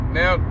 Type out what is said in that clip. now